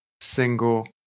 single